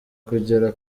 kugera